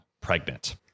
pregnant